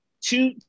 two